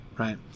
Right